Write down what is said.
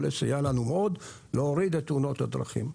לסייע לנו מאוד להוריד את תאונות הדרכים.